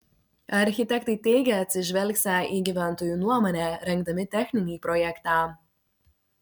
architektai teigė atsižvelgsią į gyventojų nuomonę rengdami techninį projektą